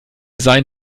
sein